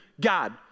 God